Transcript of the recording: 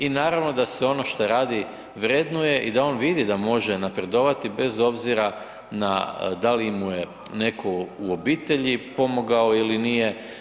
I naravno da ono što radi vrednuje i da on vidi da ono može napredovati bez obzira da li mu je neko u obitelji pomogao ili nije.